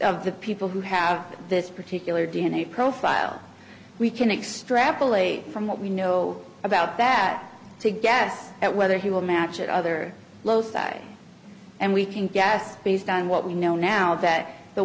of the people who have this particular d n a profile we can extrapolate from what we know about that to gas at whether he will match other lowside and we can gas based on what we know now that the